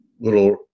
little